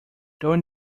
during